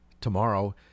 tomorrow